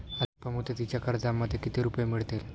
अल्पमुदतीच्या कर्जामध्ये किती रुपये मिळतील?